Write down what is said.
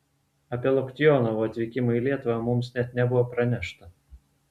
apie loktionovo atvykimą į lietuvą mums net nebuvo pranešta